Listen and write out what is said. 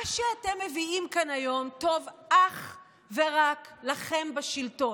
מה שאתם מביאים כאן היום טוב אך ורק לכם בשלטון.